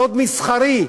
סוד מסחרי,